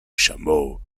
chameau